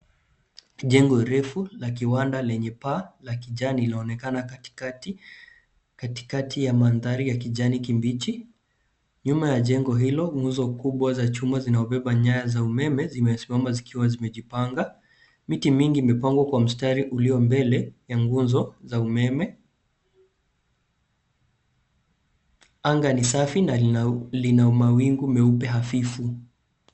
Jengo refu la kiwanda lenye paa la kijani linaonekana katikati ya mandhari ya kijani kibichi. Nyuma ya jengo hilo nguzo kubwa za chuma zinaobeba nyaya za umeme zimesimama zikiwa zimejipanga. Miti mingi imepangwa kwa mstari ulio mbele ya nguzo za umeme. Anga ni safi na lina mawingu meupe hafifu.